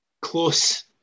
Close